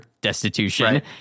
destitution